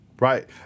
Right